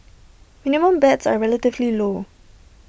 minimum bets are relatively low